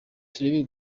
turebe